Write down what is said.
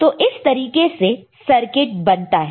तो इस तरीके से सर्किट बनता है